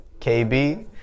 KB